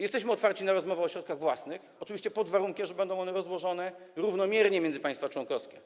Jesteśmy otwarci na rozmowę o środkach własnych, oczywiście pod warunkiem, że będą one rozłożone równomiernie między państwa członkowskie.